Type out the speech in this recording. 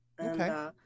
Okay